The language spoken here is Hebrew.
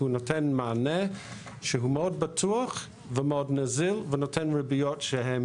כי הוא נותן מענה שהוא מאוד בטוח ומאוד נזיל ונותן ריביות שהן